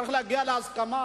צריך להגיע להסכמה,